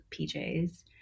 PJs